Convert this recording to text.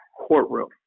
courtroom